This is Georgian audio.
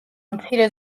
მცირე